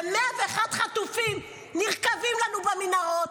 ו-101 חטופים נרקבים לנו במנהרות.